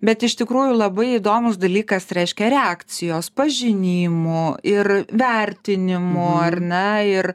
bet iš tikrųjų labai įdomus dalykas reiškia reakcijos pažinimų ir vertinimų ar ne ir